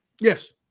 Yes